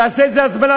תעשה את זה הזמנה,